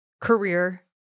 career